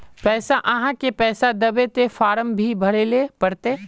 पैसा आहाँ के वापस दबे ते फारम भी भरें ले पड़ते?